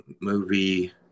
movie